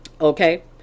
Okay